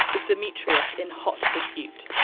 with demetrius in hot pursuit.